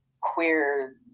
queer